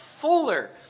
fuller